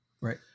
Right